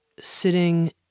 sitting